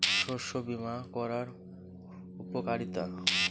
শস্য বিমা করার উপকারীতা?